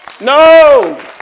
No